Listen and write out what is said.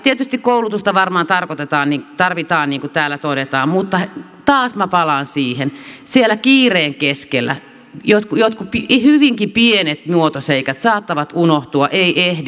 tietysti koulutusta varmaan tarvitaan niin kuin täällä todetaan mutta taas minä palaan siihen että siellä kiireen keskellä jotkut hyvinkin pienet muotoseikat saattavat unohtua ei ehdi